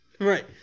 Right